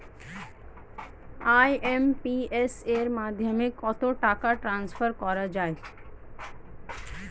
IMPS এর মাধ্যমে কত টাকা ট্রান্সফার করা যায়?